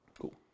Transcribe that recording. Cool